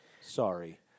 Sorry